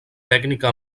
tècnica